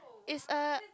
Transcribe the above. it's a